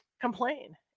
complain